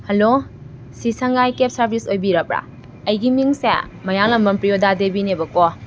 hello ꯁꯤ ꯉꯁꯥꯏ ꯀꯦꯞ ꯁꯥꯔꯚꯤꯁ ꯑꯣꯏꯕꯤꯔꯕ꯭ꯔꯥ ꯑꯩꯒꯤ ꯃꯤꯡꯁꯦ ꯃꯌꯥꯡꯂꯥꯝꯕꯝ ꯄ꯭ꯔꯤꯌꯣꯗꯥ ꯗꯦꯕꯤꯅꯦꯕꯀꯣ